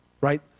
right